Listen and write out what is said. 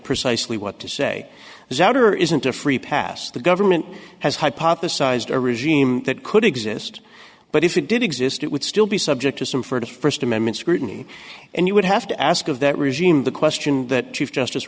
precisely what to say is outer isn't a free pass the government has hypothesized a regime that could exist but if it did exist it would still be subject to some for the first amendment scrutiny and you would have to ask of that regime the question that chief justice